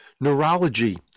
neurology